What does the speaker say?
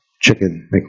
chicken